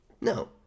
No